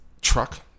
truck